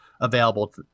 available